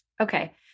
Okay